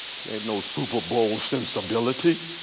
ain't no superbowl sensibility.